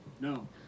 No